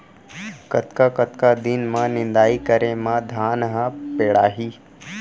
कतका कतका दिन म निदाई करे म धान ह पेड़ाही?